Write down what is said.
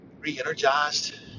re-energized